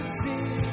see